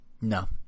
No